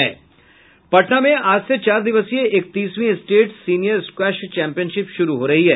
पटना में आज से चार दिवसीय एकतीसवीं स्टेट सिनियर स्क्वैश चैपियनशिप शुरू हो रहा है